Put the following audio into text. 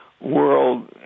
world